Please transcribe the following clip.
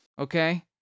okay